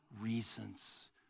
reasons